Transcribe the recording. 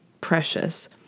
precious